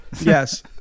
Yes